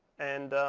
and